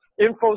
Info